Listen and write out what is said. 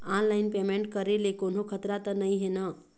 Online payment करे ले कोन्हो खतरा त नई हे न?